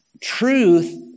Truth